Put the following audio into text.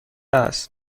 است